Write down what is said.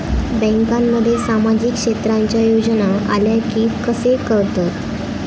बँकांमध्ये सामाजिक क्षेत्रांच्या योजना आल्या की कसे कळतत?